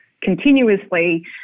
continuously